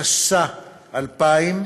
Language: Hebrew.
התשס"א 2000,